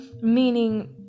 Meaning